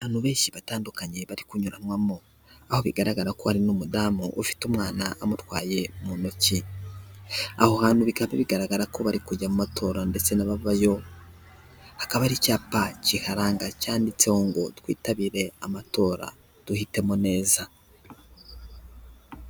Abantu benshi batandukanye bari kunyuranamo, aho bigaragara ko hari n'umudamu ufite umwana amutwaye mu ntoki aho hantu bikaba bigaragara ko bari kujya mu matora ndetse n'abavayo hakaba hari icyapa kiharanga cyanditseho ngo twitabire amatora duhitemo neza.